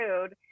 food